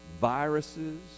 viruses